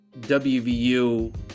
WVU